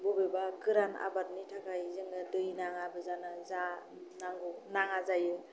बबेबा गोरान आबादनि थाखाय जोंनो दै नाङाबो जानानै नाङा जायो